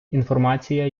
інформація